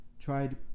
tried